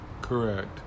Correct